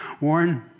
Warren